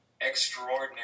extraordinary